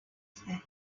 said